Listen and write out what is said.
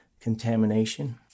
contamination